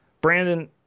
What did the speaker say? Brandon